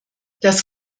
das